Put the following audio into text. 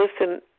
listen